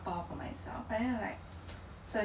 oh 你吃 two days in a row ah